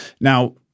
Now